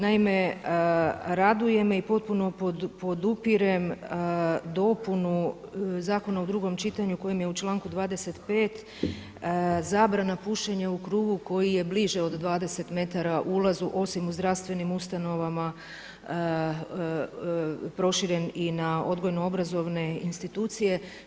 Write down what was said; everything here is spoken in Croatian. Naime, raduje me i potpuno podupirem dopunu zakona u drugom čitanju kojim je u članku 25. zabrana pušenja u krugu koji je bliže od 20 m ulazu osim u zdravstvenim ustanovama proširen i na odgojno-obrazovne institucije.